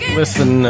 listen